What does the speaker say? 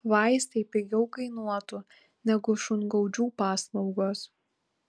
vaistai pigiau kainuotų negu šungaudžių paslaugos